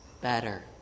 better